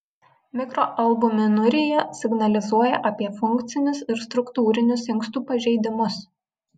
mikroalbuminurija signalizuoja apie funkcinius ir struktūrinius inkstų pažeidimus